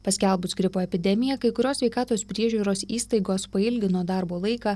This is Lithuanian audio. paskelbus gripo epidemiją kai kurios sveikatos priežiūros įstaigos pailgino darbo laiką